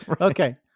Okay